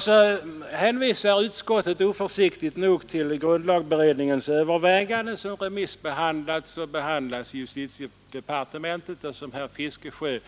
Så hänvisar utskottet oförsiktigt nog till grundlagberedningens betänkande som remissbehandlats och handläggs i justitiedepartementet, såsom herr Fiskesjö